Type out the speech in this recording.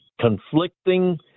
conflicting